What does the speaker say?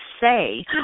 say